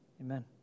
Amen